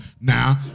Now